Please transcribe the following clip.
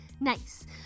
Nice